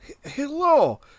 Hello